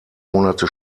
monate